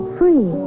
free